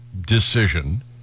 decision